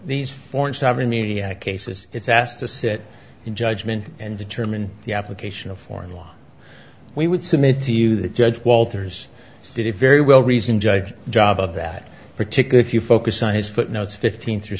these foreign sovereign media cases it's asked to sit in judgment and determine the application of foreign law we would submit to you that judge walters did it very well reasoned judge job of that particular if you focus on his footnotes fifteen through